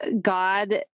God